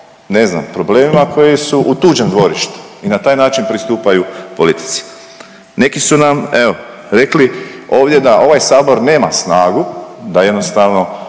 ne znam, problemima koji su u tuđem dvorištu i na taj način pristupaju politici. Neki su nam, evo, rekli ovdje da ovaj Sabor nema snagu, da jednostavno